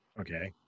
Okay